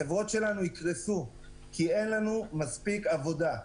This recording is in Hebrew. החברות שלנו יקרסו כי אין לנו מספיק עבודה.